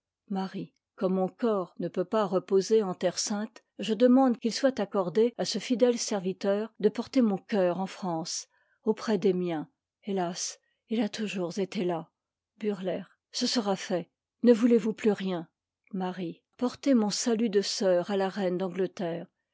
sera comme mon corps ne peut pas reposer en terre sainte je demande qu'il soit accordé à ce fidèle serviteur de porter mon cceur en france auprès des miens hétas il a toujours été là burleigh ce sera fait ne voulez-vous plus rien marie portez mon salut de soeur à la reine d'angle